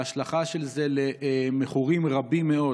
ההשלכה של זה על מכורים רבים מאוד